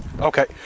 Okay